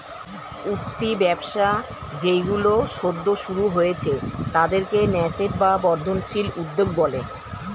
উঠতি ব্যবসা যেইগুলো সদ্য শুরু হয়েছে তাদেরকে ন্যাসেন্ট বা বর্ধনশীল উদ্যোগ বলে